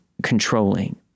controlling